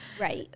Right